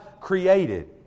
created